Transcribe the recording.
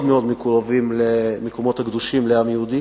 מאוד מקורבים למקומות הקדושים לעם היהודי